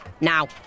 Now